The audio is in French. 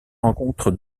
rencontrent